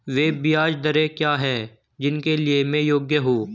वे ब्याज दरें क्या हैं जिनके लिए मैं योग्य हूँ?